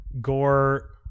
gore